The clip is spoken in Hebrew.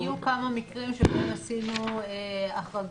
היו כמה מקרים שבהם עשינו החרגות,